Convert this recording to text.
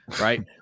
right